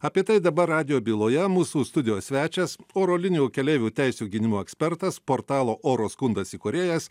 apie tai dabar radijo byloje mūsų studijos svečias oro linijų keleivių teisių gynimo ekspertas portalo oro skundas įkūrėjas